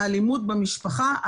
האלימות במשפחה,